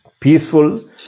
peaceful